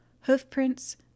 Hoofprints